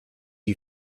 you